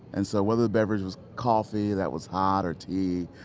and so whether the beverage was coffee that was hot, or tea,